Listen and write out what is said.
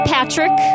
Patrick